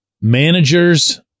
Managers